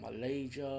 Malaysia